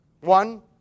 One